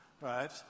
right